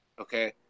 Okay